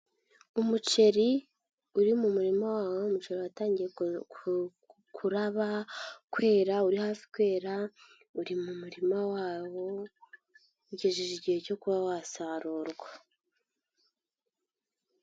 Umuceri uri mu murima wawo umuceri watangiye kuraba kwera uri hafi kwera, uri mu murima wawo ugejeje igihe cyo kuba wasarurwa.